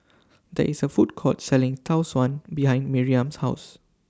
There IS A Food Court Selling Tau Suan behind Miriam's House